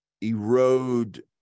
erode